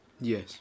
Yes